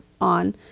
on